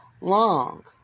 long